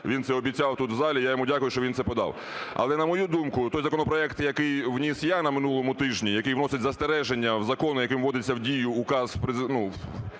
він це обіцяв тут в залі. Я йому дякую, що він це подав. Але, на мою думку, той законопроект, який вніс я на минулому тижні, який вносить застереження в закон, яким вводиться в дію Указ Президента